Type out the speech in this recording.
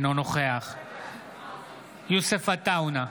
אינו נוכח יוסף עטאונה,